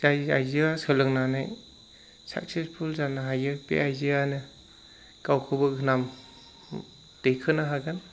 जाय आइजोआ सोलोंनानै साक्सेसफुल जानो हायो बे आइजोआनो गावखौबो नाम दैखोनो हागोन